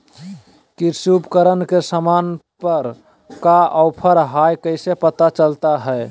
कृषि उपकरण के सामान पर का ऑफर हाय कैसे पता चलता हय?